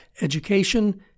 education